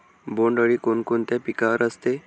बोंडअळी कोणकोणत्या पिकावर असते?